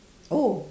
oh